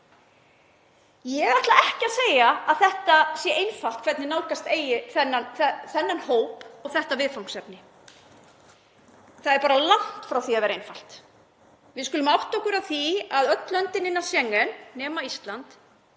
Ég ætla ekki að segja að það sé einfalt hvernig nálgast eigi þennan hóp og þetta viðfangsefni. Það er bara langt frá því að vera einfalt. Við skulum átta okkur á því að öll löndin innan Schengen, nema Ísland,